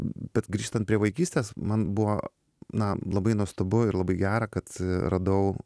bet grįžtant prie vaikystės man buvo na labai nuostabu ir labai gera kad radau